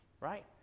right